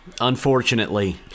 Unfortunately